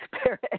spirit